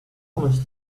comest